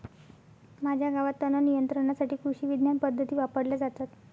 माझ्या गावात तणनियंत्रणासाठी कृषिविज्ञान पद्धती वापरल्या जातात